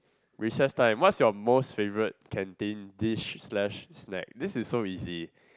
recess time what's your most favourite canteen dish slash snack this is so easy